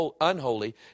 unholy